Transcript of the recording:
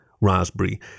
raspberry